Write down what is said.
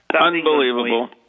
Unbelievable